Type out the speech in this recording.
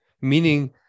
meaning